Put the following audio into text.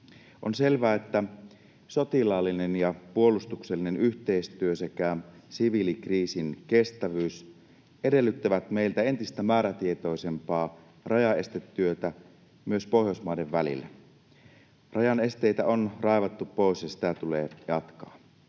On selvää, että sotilaallinen ja puolustuksellinen yhteistyö sekä siviilikriisinkestävyys edellyttävät meiltä entistä määrätietoisempaa rajaestetyötä myös Pohjoismaiden välillä. Rajan esteitä on raivattu pois, ja sitä tulee jatkaa.